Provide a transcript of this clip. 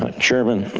ah chairman,